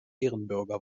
ehrenbürger